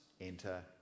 enter